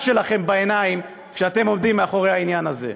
שלכם בעיניים כשאתם עומדים מאחורי העניין הזה?